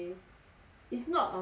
it's not on weekend now eh